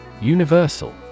UNIVERSAL